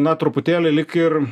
na truputėlį lyg ir